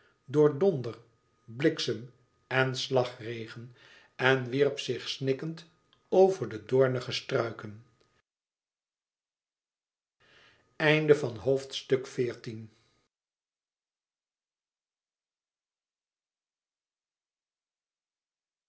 door donder bliksem en slagregen en wierp zich snikkend over de doornige struiken